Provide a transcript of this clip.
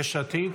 יש עתיד?